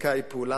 המצדיקה אי-פעולה.